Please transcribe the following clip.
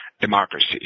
democracy